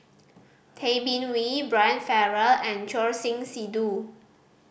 Tay Bin Wee Brian Farrell and Choor Singh Sidhu